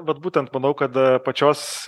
vat būtent manau kada pačios